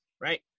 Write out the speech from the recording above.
right